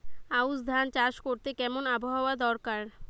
আউশ ধান চাষ করতে কেমন আবহাওয়া দরকার?